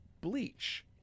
bleach